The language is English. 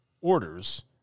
orders